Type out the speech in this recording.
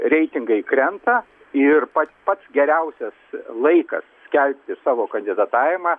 reitingai krenta ir pats pats geriausias laikas kelti savo kandidatavimą